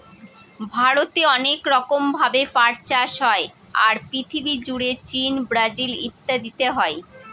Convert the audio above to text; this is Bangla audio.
ভারতে অনেক রকম ভাবে পাট চাষ হয়, আর পৃথিবী জুড়ে চীন, ব্রাজিল ইত্যাদিতে হয়